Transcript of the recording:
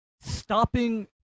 stopping